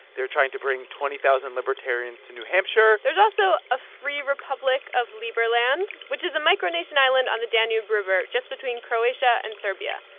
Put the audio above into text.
they're trying to bring twenty thousand libertarians to new hampshire there's also a free republic of liberland, which is a micronation island on the danube river just between croatia and serbia.